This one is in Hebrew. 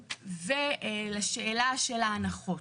ולשאלה של ההנחות,